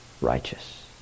righteous